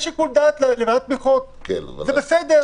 יש שיקול דעת לוועדת תמיכות וזה בסדר.